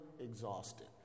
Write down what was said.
exhausted